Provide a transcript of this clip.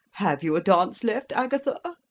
have you a dance left, agatha?